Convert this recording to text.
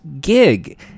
gig